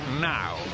now